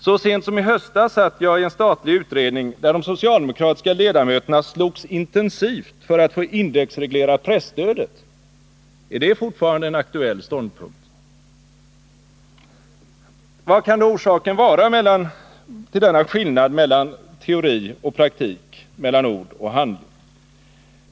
Så sent som i höstas satt jag i en statlig utredning, där de socialdemokratiska ledamöterna slogs intensivt för att få indexreglera presstödet — är det fortfarande en aktuell ståndpunkt? Vad kan då orsaken vara till denna skillnad mellan teori och praktik, mellan ord och handling?